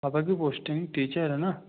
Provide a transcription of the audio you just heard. पापा की posting teacher है ना